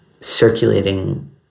circulating